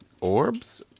Orbs